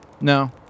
No